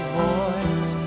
voice